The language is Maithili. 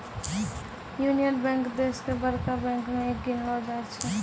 यूनियन बैंक देश के बड़का बैंक मे एक गिनलो जाय छै